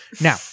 Now